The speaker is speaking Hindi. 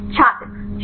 छात्र 08